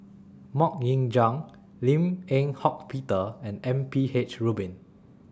Mok Ying Jang Lim Eng Hock Peter and M P H Rubin